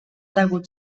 degut